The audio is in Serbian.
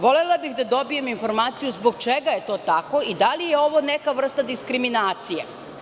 Volela bih da dobijem informaciju zbog čega je to tako i da li je ovo neka vrsta diskriminacije.